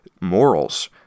morals